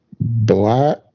black